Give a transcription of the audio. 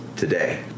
today